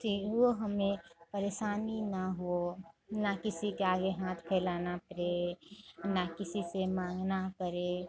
थी वो हमें परेशानी न हो न किसी के आगे हाथ फैलाना पड़े न किसी से मांगना पड़े